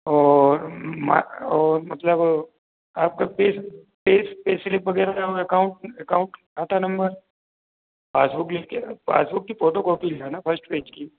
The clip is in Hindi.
और मा और मतलब आपका पे पेज पे स्लिप वगैरह रखा हो एकाउंट खाता नंबर पासबुक लिख के पासबुक की फोटो कॉपी ले आना फ़र्स्ट पेज की